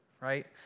right